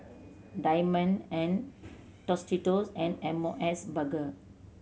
Diamond and Tostitos and M O S Burger